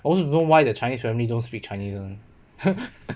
I also don't know why the chinese family don't speak chinese [one]